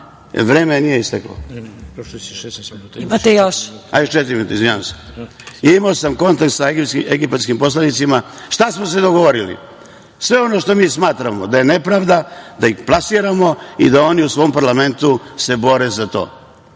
Izvinjavam se. Imao sam kontakt sa egipatskim poslanicima. Šta smo se dogovorili? Sve ono što mi smatramo da je nepravda, da ih plasiramo i da oni u svom parlamentu se bore za to. Mi